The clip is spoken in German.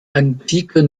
antiker